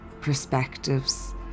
perspectives